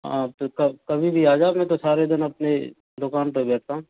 हाँ तो कब कभी भी आ जाओ मैं तो सारे दिन अपने दुकान पर बैठता हूँ